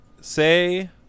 say